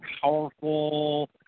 powerful